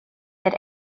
that